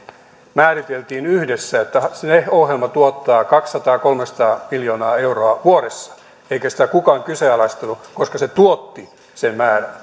määriteltiin yhdessä että se ohjelma tuottaa kaksisataa viiva kolmesataa miljoonaa euroa vuodessa eikä sitä kukaan kyseenalaistanut koska se tuotti sen määrän